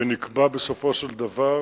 ונקבע בסופו של דבר